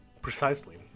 Precisely